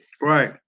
Right